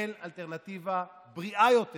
אין אלטרנטיבה בריאה יותר